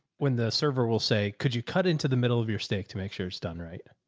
when the server will say, could you cut into the middle of your steak to make sure it's done right.